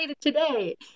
today